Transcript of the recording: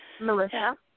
Melissa